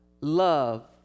Love